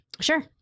Sure